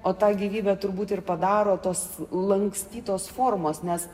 o tą gyvybę turbūt ir padaro tos lankstytos formos nes